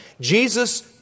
Jesus